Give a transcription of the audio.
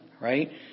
right